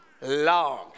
long